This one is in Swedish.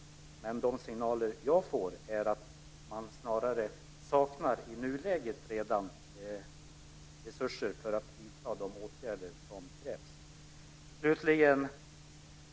Men enligt de signaler som jag har fått saknar man redan i nuläget resurser för att kunna vidta de åtgärder som krävs.